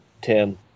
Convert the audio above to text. Tim